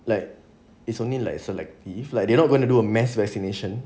like it's only like selective like they're not going to do a mass vaccination